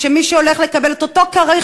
שמי שהולך לקבל את אותו כריך,